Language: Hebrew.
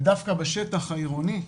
ודווקא בשטח העירוני,